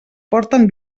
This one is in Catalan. porten